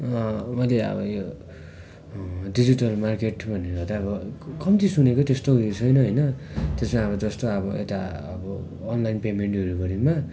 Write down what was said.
मैले अब यो डिजिटल मार्केट भनेर चाहिँ अब कम्ती सुनेको त्यस्तो उयो छैन होइन त्यसमा अब जस्तो अब यता अब अनलाइन पेमेन्टहरू बारेमा